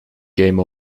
game